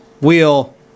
wheel